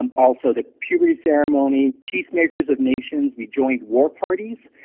um also the puberty ceremony, peacemakers of nations, we joined war parties,